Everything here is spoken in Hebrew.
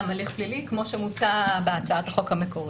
הליך פלילי כמו שמוצע בהצעת החוק המקורית.